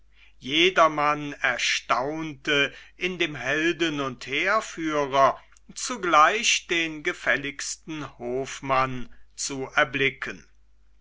jedermann erstaunte in dem helden und heerführer zugleich den gefälligsten hofmann zu erblicken